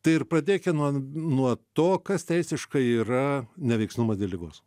tai ir pradėkim nuo nuo to kas teisiškai yra neveiksnumas dėl ligos